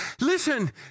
listen